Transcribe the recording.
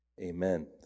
Amen